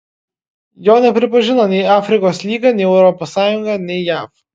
jo nepripažino nei afrikos lyga nei europos sąjunga nei jav